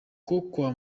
kwa